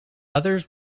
others